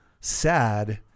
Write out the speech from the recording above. sad